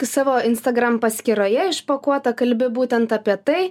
savo instagram paskyroje išpakuota kalbi būtent apie tai